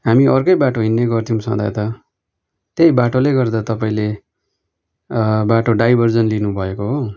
हामी अर्कै बाटो हिँड्ने गर्थ्यौँ सदा त त्यही बाटोले गर्दा तपाईँले बाटो डाइभर्जन लिनुभएको हो